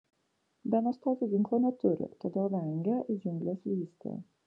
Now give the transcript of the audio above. benas tokio ginklo neturi todėl vengia į džiungles lįsti